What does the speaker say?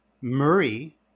Murray